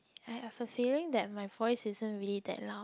I have a feeling that my voice isn't really that loud